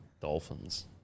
Dolphins